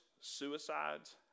suicides